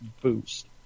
Boost